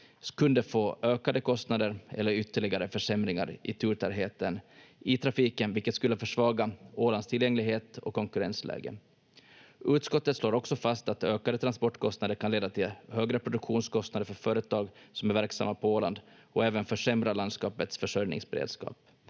kunde få ökade kostnader eller ytterligare försämringar i turtätheten i trafiken, vilket skulle försvaga Ålands tillgänglighet och konkurrensläge. Utskottet slår också fast att ökade transportkostnader kan leda till högre produktionskostnader för företag som är verksamma på Åland och även försämra landskapets försörjningsberedskap.